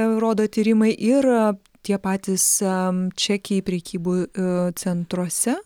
rodo tyrimai ir tie patys čekiai prekybų centruose